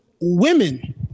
women